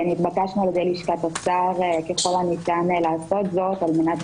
נתבקשנו על-ידי לשכת השר לעשות זאת על-מנת